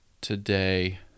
today